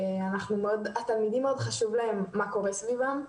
לתלמידים מאוד חשוב מה שקורה סביבם,